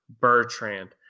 Bertrand